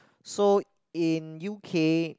so in U_K